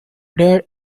there